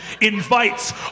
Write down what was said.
invites